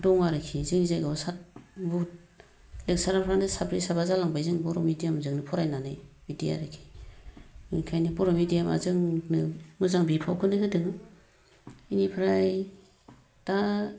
दं आरोखि जोंनि जायगायाव बहुद लेक्सारारफ्रानो साब्रै साबा जालांबाय जोंनि बर' मिदियामजोंनो फरायनानै बिदि आरोखि ओंखायनो बर' मिदियामा जोंनो मोजां बिफावखौनो होदों बेनिफ्राय दा